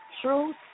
truth